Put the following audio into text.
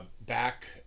back